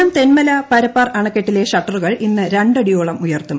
കൊല്ലം തെന്മല പരപ്പാർ അണക്കെട്ടിലെ ഷട്ടറുകൾ ഇന്ന് രണ്ടടിയോളം ഉയർത്തും